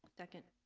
second